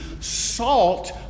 salt